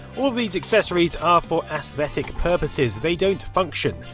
all these accessories are for aesthetic purposes. they don't function.